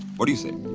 what do you say?